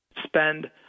spend